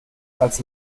als